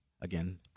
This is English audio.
again